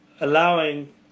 allowing